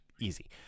easy